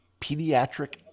pediatric